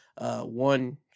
one